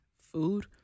food